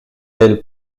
elle